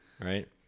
right